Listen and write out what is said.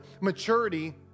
maturity